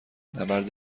نبرد